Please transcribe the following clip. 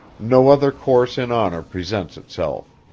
no other course in honor presents itself.